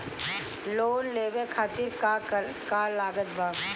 Loan लेवे खातिर का का लागत ब?